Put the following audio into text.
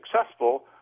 successful